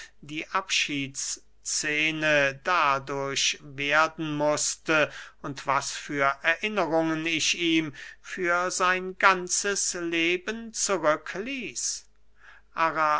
die abschiedsscene dadurch werden mußte und was für erinnerungen ich ihm für sein ganzes leben zurück